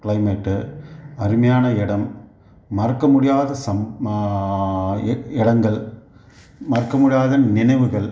climate அருமையான இடம் மறக்க முடியாத இடங்கள் மறக்க முடியாத நினைவுகள்